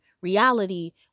reality